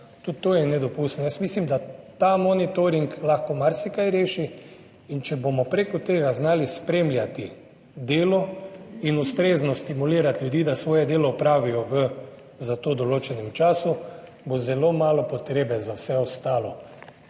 Tudi to je nedopustno. Mislim, da ta monitoring lahko marsikaj reši, in če bomo preko tega znali spremljati delo in ustrezno stimulirati ljudi, da svoje delo opravijo v za to določenem času, bo zelo malo potrebe za vse ostalo.